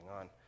on